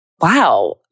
Wow